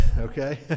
okay